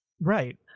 Right